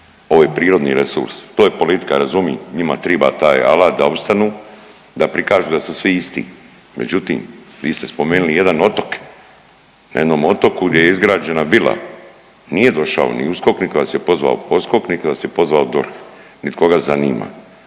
ovo je prirodni resurs, to je politika razumim, njima triba taj alat da opstanu da prikažu da su svi isti, međutim vi ste spomenuli jedan otok na jednom otoku gdje je izgrađena vila nije došao ni USKOK …/Govornik se ne razumije./… DORH nit koga zanima,